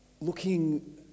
looking